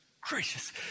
gracious